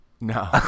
No